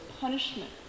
punishment